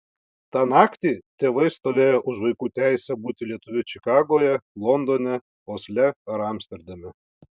tą naktį tėvai stovėjo už vaikų teisę būti lietuviu čikagoje londone osle ar amsterdame